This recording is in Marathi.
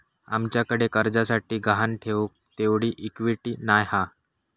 आमच्याकडे कर्जासाठी गहाण ठेऊक तेवढी इक्विटी नाय हा